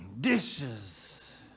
Dishes